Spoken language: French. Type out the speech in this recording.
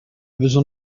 besoin